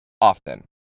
often